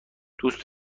دوست